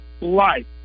life